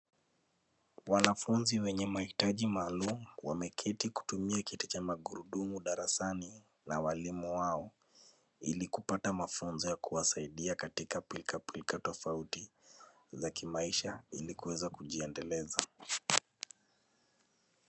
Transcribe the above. Wanafunzi wenye mahitaji maalum. Wameketi kutumia kiti cha magurudumu darasani na walimu wao. Ili kupata mafunzo ya kuwasaidia katika pilka pilka tofauti ya kimaisha ili kuweza kujiendeleza.